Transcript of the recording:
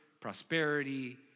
prosperity